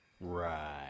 Right